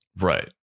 right